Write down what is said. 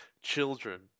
Children